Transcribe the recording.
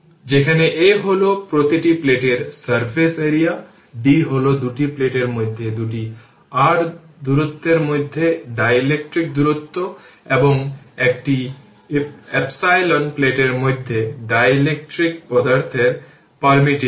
যেখানে A হল প্রতিটি প্লেটের সারফেস এরিয়া d হল দুটি প্লেটের মধ্যে দুটি r দূরত্বের মধ্যে ডাইলেকট্রিক দূরত্ব এবং একটি এপসিলন প্লেটের মধ্যে ডাইলেকট্রিক পদার্থের পারমিটিভিটি